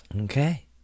okay